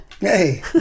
Hey